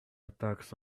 attacks